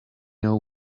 know